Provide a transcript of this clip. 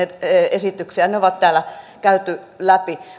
esityksiä ne on täällä käyty läpi